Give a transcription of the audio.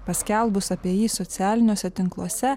paskelbus apie jį socialiniuose tinkluose